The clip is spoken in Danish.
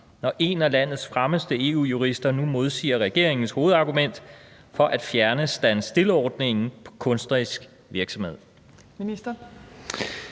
når en af landets fremmeste EU-jurister nu modsiger regeringens hovedargument for at fjerne stand still-ordningen på kunstnerisk virksomhed? Kl.